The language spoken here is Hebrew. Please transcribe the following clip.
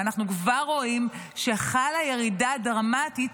ואנחנו כבר רואים שחלה ירידה דרמטית